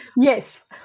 Yes